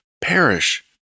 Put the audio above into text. perish